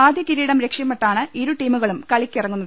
ആദ്യ കിരീടം ലക്ഷ്യമിട്ടാണ് ഇരുടീമുകളും കളിയ്ക്കിറ ങ്ങുന്നത്